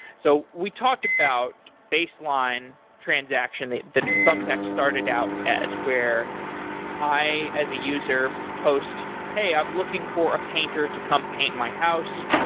so we talked about baseline transaction that thumbtack started out as. where i as a user post, hey i am looking for a painter to come paint my house,